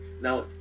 now